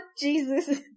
Jesus